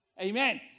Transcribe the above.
Amen